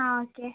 ആ ഓക്കെ